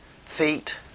feet